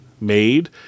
made